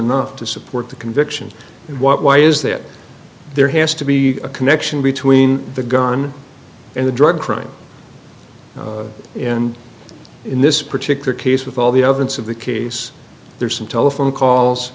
enough to support the convictions and what why is that there has to be a connection between the gun and the drug crime and in this particular case with all the evidence of the case there's some telephone calls